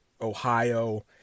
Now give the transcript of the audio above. Ohio